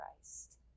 Christ